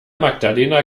magdalena